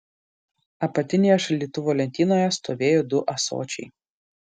apatinėje šaldytuvo lentynoje stovėjo du ąsočiai